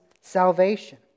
salvation